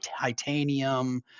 titanium